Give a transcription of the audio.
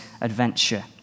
adventure